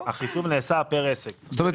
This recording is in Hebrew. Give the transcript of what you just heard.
יכול להיות